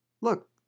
look